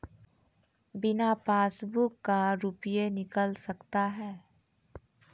बिना पासबुक का रुपये निकल सकता हैं?